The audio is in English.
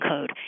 code